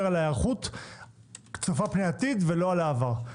על היערכות צופה פני עתיד ולא על העבר.